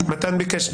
מתן ביקש.